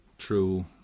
true